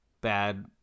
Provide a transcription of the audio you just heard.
bad